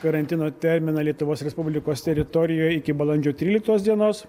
karantino terminą lietuvos respublikos teritorijoj iki balandžio tryliktos dienos